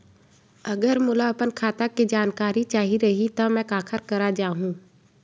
अगर मोला अपन खाता के जानकारी चाही रहि त मैं काखर करा जाहु?